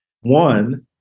One